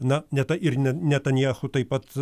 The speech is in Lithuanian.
na ne ta ir ne netanyahu taip pat